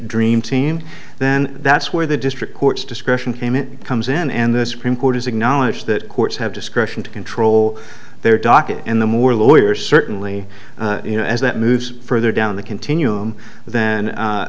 dream team then that's where the district courts discretion came it comes in and the supreme court has acknowledged that courts have discretion to control their docket and the more lawyers certainly you know as that moves further down the continuum